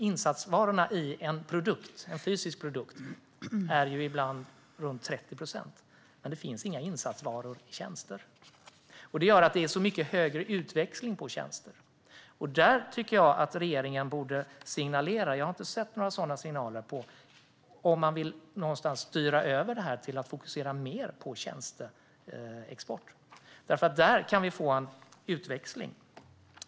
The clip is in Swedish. Insatsvarorna i en fysisk produkt är ibland runt 30 procent, men i tjänster finns det inga insatsvaror. Det gör att det är mycket högre utväxling på tjänster. Detta tycker jag att regeringen borde signalera. Jag har inte sett några sådana signaler. Vill man styra över detta och fokusera mer på tjänsteexport? Där kan vi nämligen få en utväxling.